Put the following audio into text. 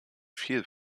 viel